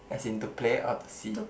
as in to play or to see